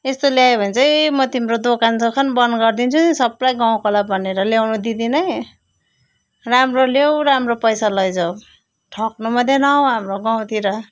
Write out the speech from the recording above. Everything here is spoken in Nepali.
यस्तो ल्यायौ भने चाहिँ म तिम्रो दोकानसोकान बन्द गरिदिन्छु नि सबै गाउँकोलाई भनेर ल्याउन दिँदिन है राम्रो ल्याउ राम्रो पैसा लैजाउ ठग्नु मात्रै नआउ हाम्रो गाउँतिर